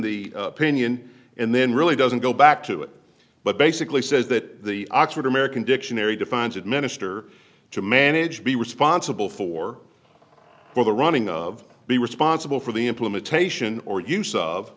the opinion and then really doesn't go back to it but basically says that the oxford american dictionary defines administer to manage be responsible for well the running of be responsible for the implementation or use of